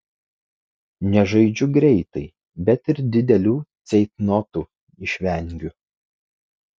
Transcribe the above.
nežaidžiu greitai bet ir didelių ceitnotų išvengiu